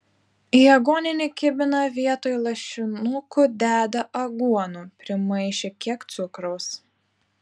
į aguoninį kibiną vietoj lašinukų deda aguonų primaišę kiek cukraus